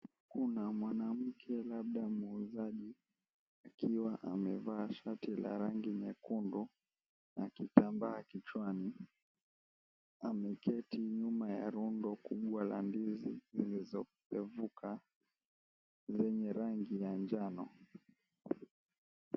Kuna mwanamke labda muuzaji akiwa amevaa shati la rangi nyekundu na kitamba kichwani, ameketi nyuma ya rundo kubwa la ndizi zilizorefuka zenye rangi ya njano.